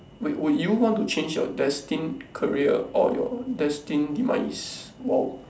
wait will you want to change your destined career or your destined demise !wow!